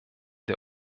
der